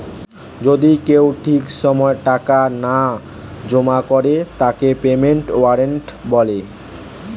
যদি কেউ ঠিক সময় টাকা না জমা করে তাকে পেমেন্টের ওয়ারেন্ট বলে